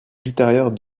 ultérieures